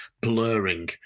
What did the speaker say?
blurring